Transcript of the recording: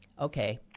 Okay